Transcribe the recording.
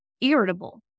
irritable